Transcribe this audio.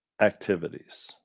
activities